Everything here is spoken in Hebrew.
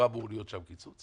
לא אמור להיות שם קיצוץ